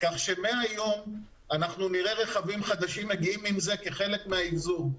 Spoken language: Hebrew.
כך שמהיום נראה רכבים חדשים מגיעים עם זה כחלק מהאבזור.